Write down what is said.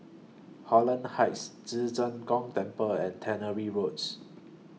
Holland Heights Ci Zheng Gong Temple and Tannery Roads